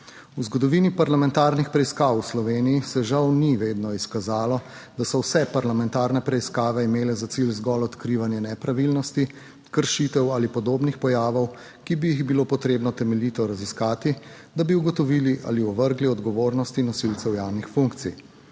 V zgodovini parlamentarnih preiskav v Sloveniji se žal ni vedno izkazalo, da so vse parlamentarne preiskave imele za cilj zgolj odkrivanje nepravilnosti, kršitev ali podobnih pojavov, ki bi jih bilo potrebno temeljito raziskati, da bi ugotovili ali ovrgli odgovornosti nosilcev javnih funkcij,